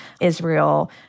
Israel